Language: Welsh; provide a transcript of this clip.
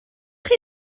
chi